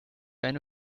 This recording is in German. eine